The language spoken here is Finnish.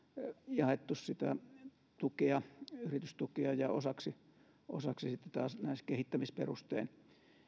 jaettu sitä tukea yritystukea ja osaksi osaksi taas kehittämisperustein